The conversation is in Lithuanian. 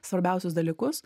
svarbiausius dalykus